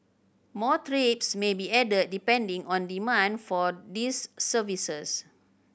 more trips may be added depending on demand for these services